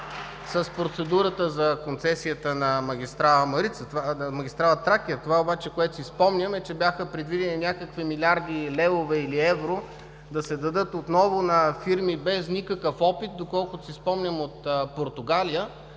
с процедурата за концесията на магистрала „Тракия“. Това обаче, което си спомням, е, че бяха предвидени някакви милиарди левове или евро да се дадат отново на фирми без никакъв опит – доколкото си спомням от Португалия,